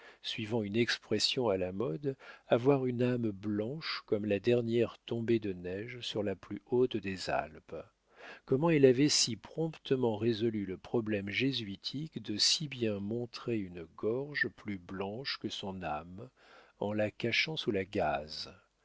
suivant une expression à la mode avoir une âme blanche comme la dernière tombée de neige sur la plus haute des alpes comment elle avait si promptement résolu le problème jésuitique de si bien montrer une gorge plus blanche que son âme en la cachant sous la gaze